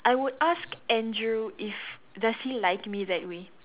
I would ask Andrew if does he like me that way